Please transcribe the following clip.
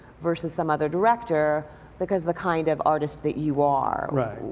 versus some other director because the kind of artist that you are, right?